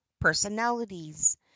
personalities